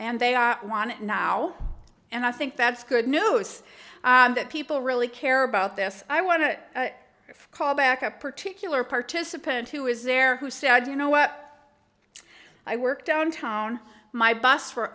and they are want now and i think that's good knows that people really care about this i want to call back a particular participant who was there who said you know what i work downtown my boss for